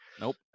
Nope